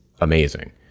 amazing